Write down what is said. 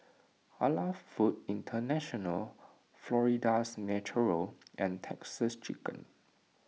Halal Foods International Florida's Natural and Texas Chicken